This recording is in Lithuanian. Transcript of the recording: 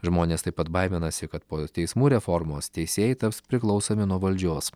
žmonės taip pat baiminasi kad po teismų reformos teisėjai taps priklausomi nuo valdžios